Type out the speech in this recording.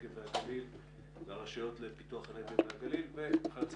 הנגב והגליל והרשויות לפיתוח הנגב והגליל וכיוצא